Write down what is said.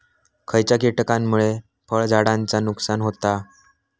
खयच्या किटकांमुळे फळझाडांचा नुकसान होता?